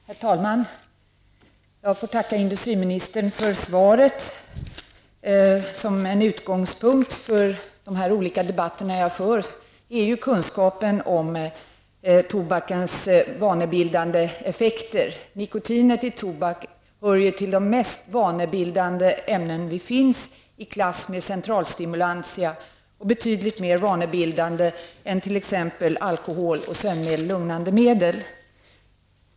Herr talman! Jag får tacka industriministern för svaret. En utgångspunkt för de här olika debatterna som jag för är kunskapen om tobakens vanebildande effekter. Nikotinet i tobak hör ju till de mest vanebildande ämnen som finns, i klass med centralstimulantia -- och betydligt mer vanebildande än t.ex. alkohol, sömnmedel och lugnande medel.